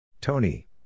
Tony